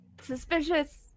suspicious